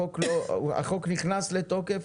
החוק נכנס לתוקף,